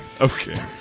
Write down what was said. Okay